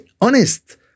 honest